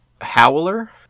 howler